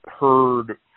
heard